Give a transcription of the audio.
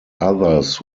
others